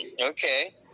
okay